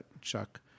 chuck